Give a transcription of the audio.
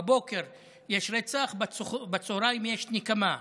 בבוקר יש רצח, בצוהריים יש נקמה.